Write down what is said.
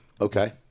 Okay